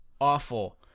awful